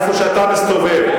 איפה שאתה מסתובב,